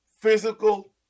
Physical